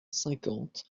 cinquante